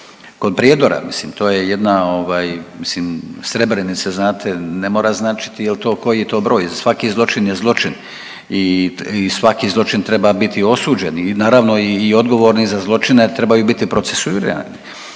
kod Prijedora mislim to je jedna ovaj mislim Srebrenica znate ne mora značiti jel to, koji je to broj, svaki zločin je zločin i svaki zločin treba biti osuđen. Naravno i odgovorni za zločine trebaju biti procesuirani,